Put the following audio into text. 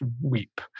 weep